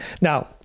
Now